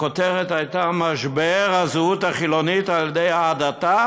הכותרת הייתה: משבר הזהות החילונית על ידי ההדתה